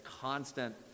constant